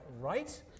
right